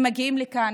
הם מגיעים לכאן,